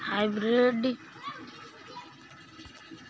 hybrid बीज मौसम में भारी बदलाव के प्रतिरोधी और रोग प्रतिरोधी हैं